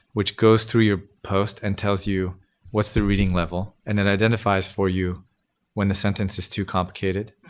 which goes through your post and tells you what's the reading level, and then identifies for you when the sentence is too complicated.